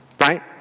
Right